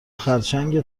خرچنگ